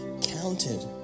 counted